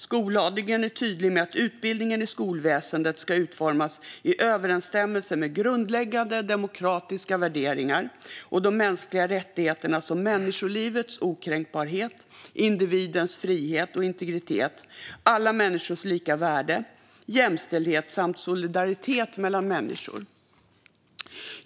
Skollagen är tydlig med att utbildningen i skolväsendet ska utformas i överensstämmelse med grundläggande demokratiska värderingar och de mänskliga rättigheterna som människolivets okränkbarhet, individens frihet och integritet, alla människors lika värde, jämställdhet samt solidaritet mellan människor.